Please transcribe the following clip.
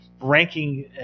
ranking –